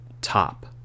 top